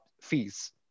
fees